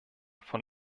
von